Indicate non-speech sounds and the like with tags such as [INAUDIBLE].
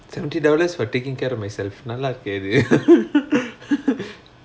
seventy dollars for taking care of myself நல்லாருக்கே இது:nallarukkae ithu [LAUGHS]